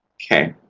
okay.